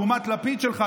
לעומת לפיד שלך,